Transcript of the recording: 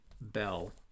Bell